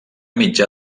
mitjà